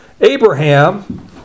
Abraham